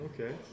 Okay